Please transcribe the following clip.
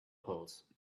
pills